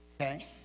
Okay